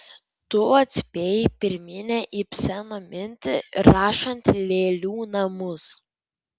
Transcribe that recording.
tu atspėjai pirminę ibseno mintį rašant lėlių namus